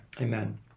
Amen